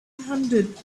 hundred